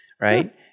right